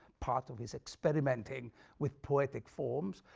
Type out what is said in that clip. part of his experimenting with poetic forms.